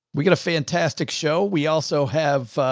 we've got a fantastic show. we also have, ah,